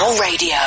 Radio